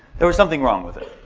there was something wrong with it.